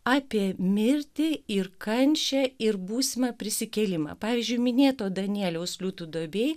apie mirtį ir kančią ir būsimą prisikėlimą pavyzdžiui minėto danieliaus liūtų duobėj